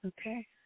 Okay